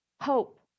hope